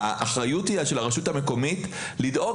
האחריות היא של הרשות המקומית לדאוג